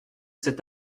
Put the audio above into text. cet